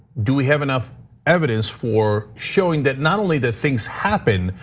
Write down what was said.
do we have enough evidence for showing that not only that things happen,